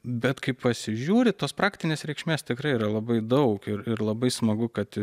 bet kai pasižiūri tos praktinės reikšmės tikrai yra labai daug ir ir labai smagu kad